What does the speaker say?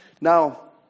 Now